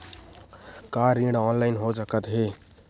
का ऋण ऑनलाइन हो सकत हे?